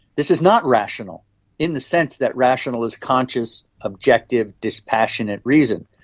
this is not rational in the sense that rational is conscious, objective, dispassionate reason.